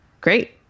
Great